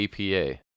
apa